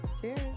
Cheers